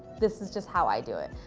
this is just how i do it.